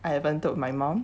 I haven't told my mom